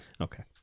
Okay